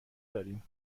داریم